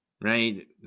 right